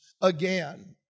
again